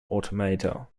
automata